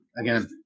Again